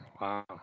Wow